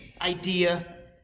idea